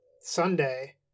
Sunday